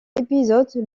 épisode